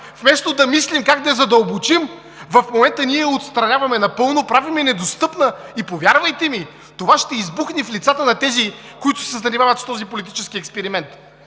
вместо да мислим как да я задълбочим, в момента ние я отстраняваме, правим я недостъпна и, повярвайте ми, това ще избухне в лицата на тези, които се занимават с този политически експеримент!